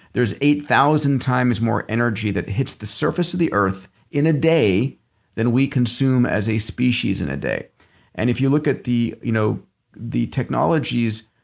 there's eight thousand times more energy that hits the surface of the earth in a day than we consume as a species in a day and if you look at the you know the technologies,